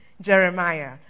Jeremiah